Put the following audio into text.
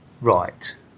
Right